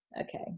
Okay